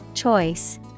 Choice